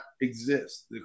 exist